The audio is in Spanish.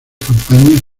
campañas